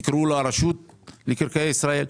תקראו לו רשות מקרקעי ישראל.